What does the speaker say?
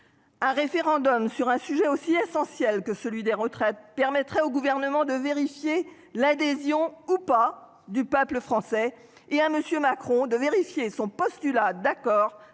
Un référendum sur un sujet aussi essentiel que celui des retraites permettrait au gouvernement de vérifier l'adhésion ou pas du peuple français et à monsieur Macron de vérifier son postulat d'accord